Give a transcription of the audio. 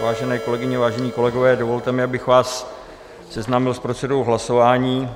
Vážené kolegyně, vážení kolegové, dovolte mi, abych vás seznámil s procedurou hlasování.